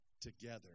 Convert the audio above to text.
Together